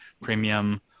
premium